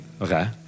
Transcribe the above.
Okay